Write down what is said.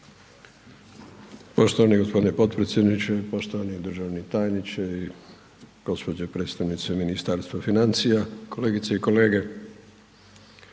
Poštovani g. potpredsjedniče, poštovani državni tajniče i gđo. predstavnice Ministarstva financija, kolegice i kolege,